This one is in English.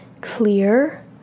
Clear